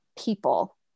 people